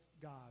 God